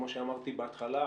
כמו שאמרתי בהתחלה,